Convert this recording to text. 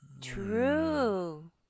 True